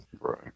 Right